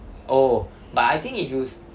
oh but I think if you